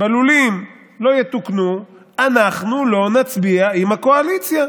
בלולים לא יתוקנו, אנחנו לא נצביע עם הקואליציה.